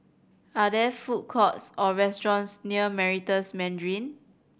are there food courts or restaurants near Meritus Mandarin